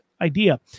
idea